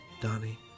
Donnie